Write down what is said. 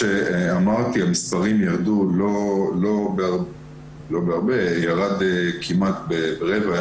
המספרים לא ירדו בהרבה, הם ירדו כמעט ברבע.